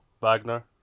Wagner